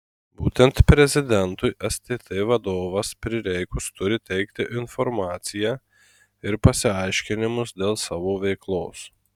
būtent prezidentui stt vadovas prireikus turi teikti informaciją ir pasiaiškinimus dėl savo veiklos